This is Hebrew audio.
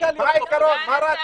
בבקשה, הכי קל --- מה הרציו?